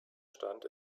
stand